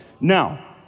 Now